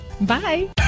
Bye